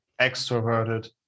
extroverted